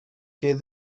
que